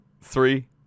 Three